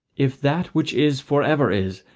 if that which is for ever is,